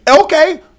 Okay